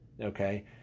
okay